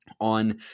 on